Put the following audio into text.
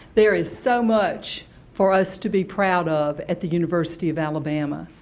there's so much for us to be proud of at the university of alabama.